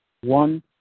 one